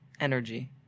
energy